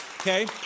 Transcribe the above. Okay